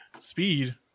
Speed